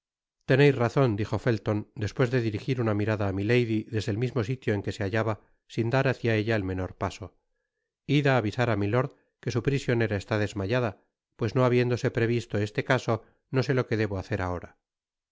teneis razon dijo felton despues de dirigir una mirada á milady desde el sitio mismo en que se bailaba sin dar hácia ella el menor paso id á avisar á milord que su prisionera esta desmayada pues no habiéndose previsto esta caso no sé lo qne debo hacer ahora